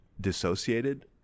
dissociated